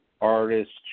Artists